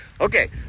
Okay